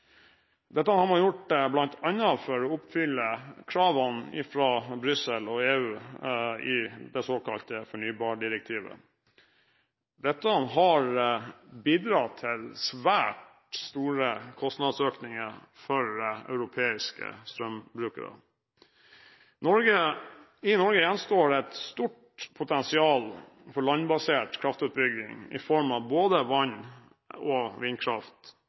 Dette har man bl.a. gjort for å oppfylle kravene fra Brussel og EU i det såkalte fornybardirektivet. Dette har bidratt til svært store kostnadsøkninger for europeiske strømbrukere. I Norge gjenstår et stort potensial for landbasert kraftutbygging i form av både vann- og vindkraft,